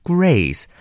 Grace